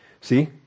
See